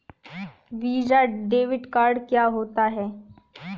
Visa debit card क्या होता है?